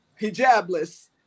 hijabless